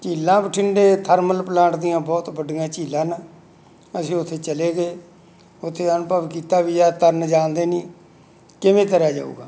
ਝੀਲਾਂ ਬਠਿੰਡੇ thermal plant ਦੀਆਂ ਬਹੁਤ ਵੱਡੀਆਂ ਝੀਲਾਂ ਹਨ ਅਸੀਂ ਉੱਥੇ ਚਲੇ ਗਏ ਉੱਥੇ ਅਨੁਭਵ ਕੀਤਾ ਵੀ ਯਾਰ ਤੈਰਨਾ ਜਾਣਦੇ ਨਹੀਂ ਕਿਵੇਂ ਤਰਿਆ ਜਾਊਗਾ